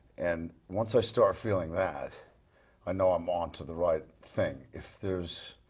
and once i start feeling that i know i'm on to the right thing. if there's,